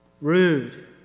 Rude